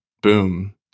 boom